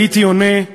הייתי עונה: